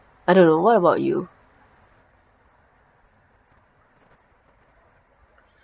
I don't know what about you